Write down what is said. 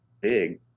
big